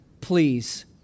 please